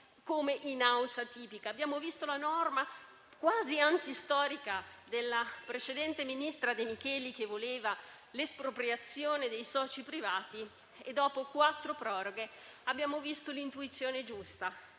Abbiamo visto la norma quasi antistorica della precedente ministra De Micheli, che voleva l'espropriazione dei soci privati, e, dopo quattro proroghe, abbiamo visto l'intuizione giusta: